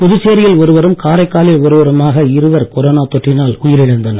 புதுச்சேரியில் ஒருவரும் காரைக்காலில் ஒருவருமான இருவர் கொரோனா தொற்றினால் உயிரிழந்தனர்